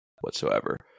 whatsoever